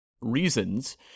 reasons